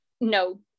No